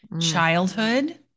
childhood